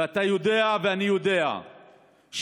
אתה יודע ואני יודע שתמיד,